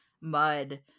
mud